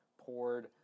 poured